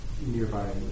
nearby